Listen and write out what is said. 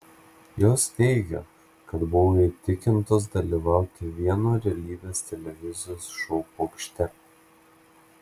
jos teigia kad buvo įtikintos dalyvauti vieno realybės televizijos šou pokšte